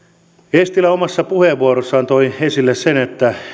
eestilä omassa puheenvuorossaan toi esille sen